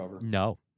No